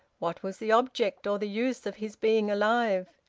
what was the object or the use of his being alive?